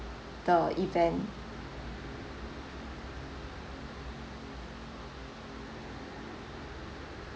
the event